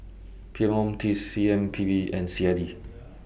P M O T C M P B and C I D